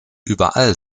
überall